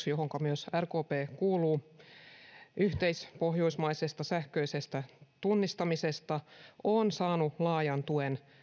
johonka myös rkp kuuluu tekemä ehdotus yhteispohjoismaisesta sähköisestä tunnistautumisesta on saanut laajan tuen